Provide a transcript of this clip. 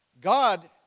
God